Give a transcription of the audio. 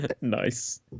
Nice